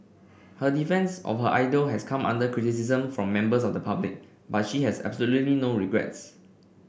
her defence of her idol has come under criticism from members of the public but she has absolutely no regrets